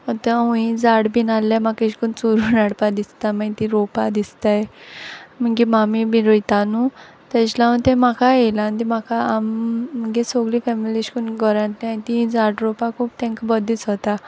आतां हूय झाड बीन आसल्यार म्हाका अेशकोन्न चोरून हाडपा दिसता मागीर तीं रोवपा दिसताय मुगे मामी बी रोयता न्हू तेज लागून तें म्हाकाय येलां आनी ती म्हाकाय मुगे सगली फेमिली अशें कोन्न घोरांत आसाय तीं तांकां झाड रोवपा खूब बोर दिसोता